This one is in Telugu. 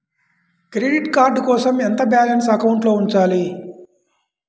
క్రెడిట్ కార్డ్ కోసం ఎంత బాలన్స్ అకౌంట్లో ఉంచాలి?